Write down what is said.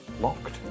locked